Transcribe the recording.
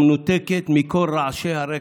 מנותקת מכל רעשי הרקע.